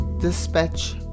Dispatch